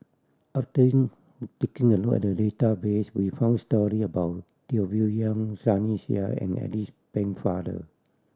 taking a look at the database we found story about Teo Bee Yen Sunny Sia and Alice Pennefather